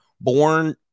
Born